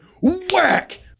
whack